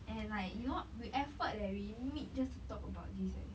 and like you know we effort eh we meet just to talk about this leh